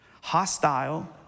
hostile